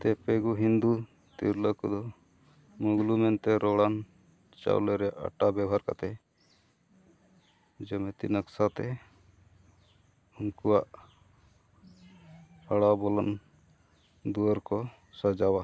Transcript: ᱛᱮᱯᱮᱜᱩ ᱦᱤᱱᱫᱩ ᱛᱤᱨᱞᱟᱹ ᱠᱚᱫᱚ ᱢᱩᱜᱽᱞᱩ ᱢᱮᱱᱛᱮᱫ ᱨᱚᱲᱟᱱ ᱪᱟᱹᱣᱞᱮ ᱨᱮ ᱟᱴᱟ ᱵᱮᱵᱚᱦᱟᱨ ᱠᱟᱛᱮᱫ ᱡᱮᱢᱤᱛᱤ ᱱᱚᱠᱥᱟᱛᱮ ᱩᱱᱠᱩᱣᱟᱜ ᱚᱲᱟᱜ ᱵᱚᱞᱚᱱ ᱫᱩᱣᱟᱹᱨ ᱠᱚ ᱥᱟᱡᱟᱣᱟ